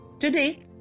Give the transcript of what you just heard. Today